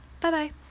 Bye-bye